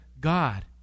God